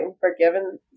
forgiven